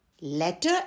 Letter